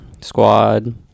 squad